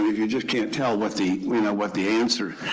you just can't tell what the you know what the answer